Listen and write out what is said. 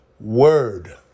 word